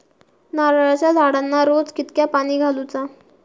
नारळाचा झाडांना रोज कितक्या पाणी घालुचा?